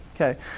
okay